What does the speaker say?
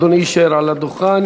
אדוני יישאר על הדוכן.